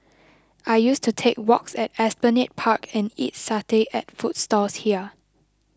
I used to take walks at Esplanade Park and eat satay at food stalls here